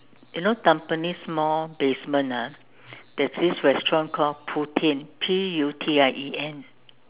you know Tampines mall basement ah there's this restaurant called Putien P U T I E N